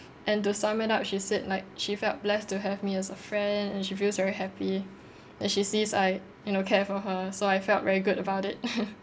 and to sum it up she said like she felt blessed to have me as a friend and she feels very happy that she sees I you know care for her so I felt very good about it